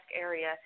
area